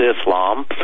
Islam